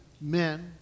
men